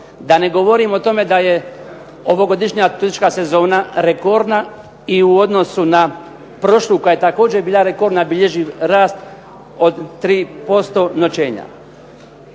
Da ne govorim o tome da je ovogodišnja turistička sezona rekordna i u odnosu na prošlu koja je također bila rekordna bilježi rast od 3% noćenja.